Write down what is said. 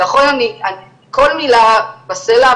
כל מילה בסלע,